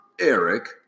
Eric